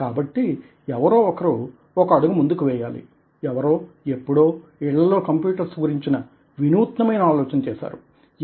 కాబట్టి ఎవరో ఒకరు ఒక అడుగు ముందుకు వేయాలి ఎవరోఎప్పుడో ఇళ్లలో కంప్యూటర్స్ గురించిన వినూత్నమైన ఆలోచన చేశారు